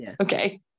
Okay